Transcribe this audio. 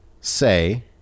say